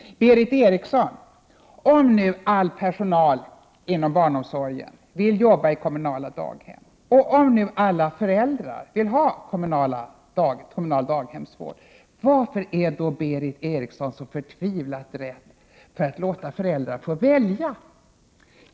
Berith Eriksson! Om nu all personal inom barnomsorgen vill arbeta i kommunala daghem och om nu alla föräldrar vill ha kommunal daghemsvård, varför är ni då så förtvivlat rädda för att låta föräldrar få välja?